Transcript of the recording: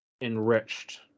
enriched